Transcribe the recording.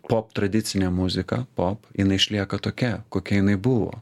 pop tradicinė muzika pop jinai išlieka tokia kokia jinai buvo